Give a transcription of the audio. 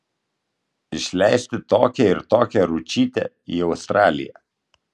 išleisti tokią ir tokią ručytę į australiją